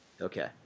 Okay